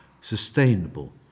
sustainable